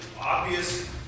obvious